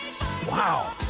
Wow